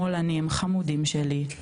שמאלנים חמודים שלי,